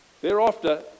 Thereafter